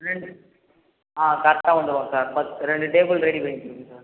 ரெண்டு ஆ கரெக்ட்டாக வந்துவிடுவோம் சார் ஃபர்ஸ் ரெண்டு டேபிள் ரெடி பண்ணி வெச்சிக்கோங்க சார்